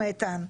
איתן,